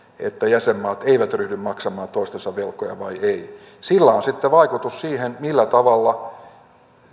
että jäsenmaat eivät ryhdy maksamaan toistensa velkoja vai ei sillä on sitten vaikutus siihen millä tavalla